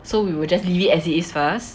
so we will just leave it as it is first